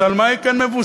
אז על מה היא כן מתבססת?